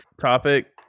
topic